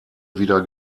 wieder